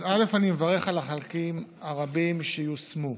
אז ראשית אני מברך על החלקים הרבים שיושמו,